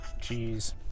Jeez